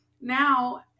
now